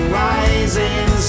rising